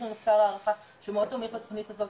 יש לנו מחקר הערכה שהוא מאוד תומך בתוכנית הזאת.